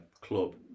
club